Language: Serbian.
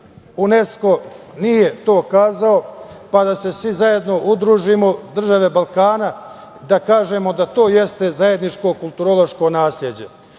UNESKO nije to kazao, pa da se svi zajedno udružimo, države Balkana, da kažemo da to jeste zajedničko kulturološko nasleđe. Ovde